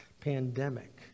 pandemic